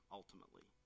ultimately